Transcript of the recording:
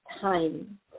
time